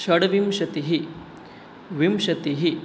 षड्विंशतिः विंशतिः